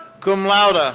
cum laude. ah